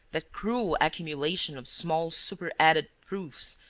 that cruel accumulation of small super-added proofs,